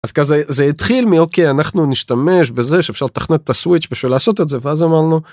אז כזה זה התחיל מאוקיי אנחנו נשתמש בזה שאפשר לתכנת את הסוויץ' בשביל לעשות את זה ואז אמרנו.